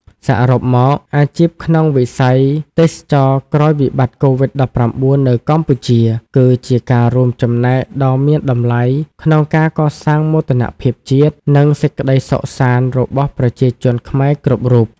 សរុបមក អាជីពក្នុងវិស័យទេសចរណ៍ក្រោយវិបត្តិកូវីដ១៩នៅកម្ពុជា គឺជាការរួមចំណែកដ៏មានតម្លៃក្នុងការកសាងមោទនភាពជាតិ និងសេចក្តីសុខសាន្តរបស់ប្រជាជនខ្មែរគ្រប់រូប។